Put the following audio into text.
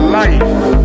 life